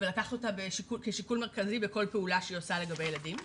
ולקחת אותה כשיקול מרכזי בכל פעולה שהיא עושה לגבי ילדים.